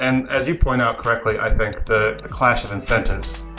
and as you point out correctly, i think, the clash of incentives.